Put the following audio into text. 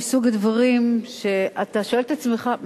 מסוג הדברים שאתה שואל את עצמך,